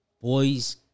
boys